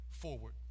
forward